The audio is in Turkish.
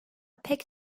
pek